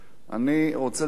אני רוצה לשתף את